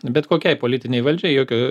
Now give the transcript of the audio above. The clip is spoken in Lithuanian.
bet kokiai politinei valdžiai jokio